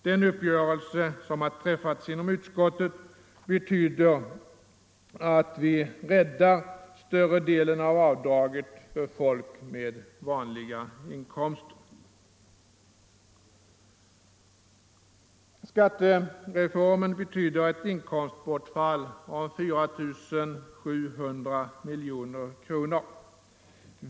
Den uppgörelse som har träffats inom utskottet betyder att vi räddar större delen av avdraget åt folk med vanliga inkomster. Skattereformen betyder ett inkomstbortfall av 4 700 miljoner kronor.